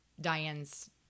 diane's